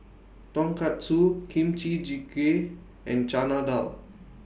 Tonkatsu Kimchi Jjigae and Chana Dal